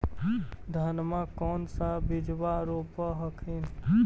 धनमा कौन सा बिजबा रोप हखिन?